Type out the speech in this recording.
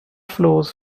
floors